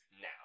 now